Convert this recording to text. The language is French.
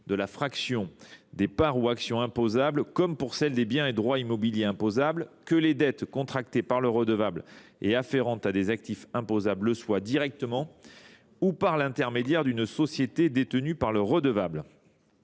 de la fraction des parts ou des actions imposables comme pour celle des biens et droits immobiliers imposables, que les dettes contractées par le redevable et afférentes à des actifs imposables le soient directement ou par l’intermédiaire d’une société détenue par le redevable.